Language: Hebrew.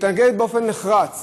על זה ששחררו את גופתה,